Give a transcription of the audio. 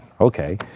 okay